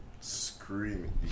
Screaming